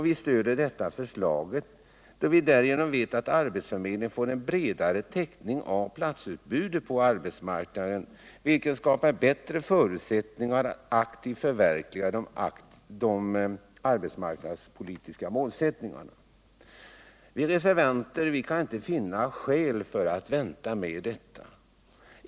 Vi stöder detta förslag, då vi vet att arbetsförmedlingen därigenom får en bredare täckning av platsutbudet på arbetsmarknaden, vilket skapar bättre förutsättningar att aktivt förverkliga de arbetsmarknadspolitiska målen. Vi reservanter kan inte finna skäl att vänta med detta.